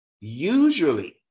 Usually